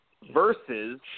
versus